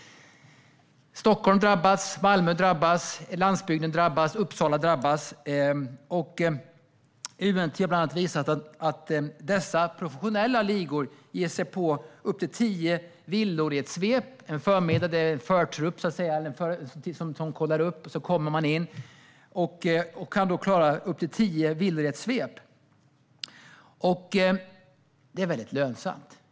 Stockholm drabbas, Malmö drabbas, landsbygden drabbas och Uppsala drabbas. UNT har bland annat visat att dessa professionella ligor ger sig på upp till tio villor i ett svep en förmiddag. Det är en förtrupp som kollar upp, och sedan kommer man in och kan då klara upp till tio villor i ett svep. Det är väldigt lönsamt.